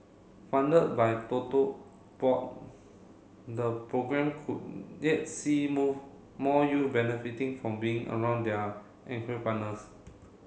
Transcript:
funded by Board the programme could yet see more more youth benefiting from being around their partners